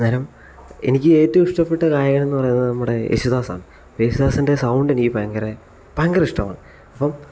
ഞാനും എനിക്ക് ഏറ്റവും ഇഷ്ടപ്പെട്ട ഗായകൻ എന്ന് പറയുന്നത് നമ്മുടെ യേശുദാസാണ് യേശുദാസിൻ്റെ സൗണ്ട് എനിക്ക് ഭയങ്കര ഭയങ്കര ഇഷ്ടമാണ് അപ്പം